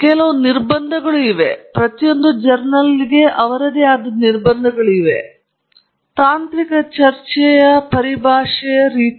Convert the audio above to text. ಮುಂದಿನ ಐಟಂ ನಿರ್ಬಂಧಗಳನ್ನು ನಾವು ನೋಡೋಣ ಆದ್ದರಿಂದ ಮಾತನಾಡಲು ತಾಂತ್ರಿಕ ಚರ್ಚೆ ಪರಿಭಾಷೆಯ ರೀತಿ